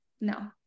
no